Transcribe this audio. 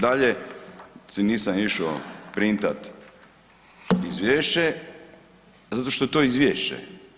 Dalje si nisam išao printati Izvješće zato što je to izvješće.